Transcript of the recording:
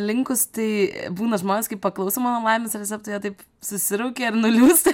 linkus tai būna žmonės kai paklauso mano laimės receptų jie taip susiraukia ir nuliūsta